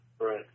Right